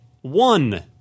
one